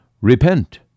Repent